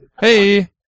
Hey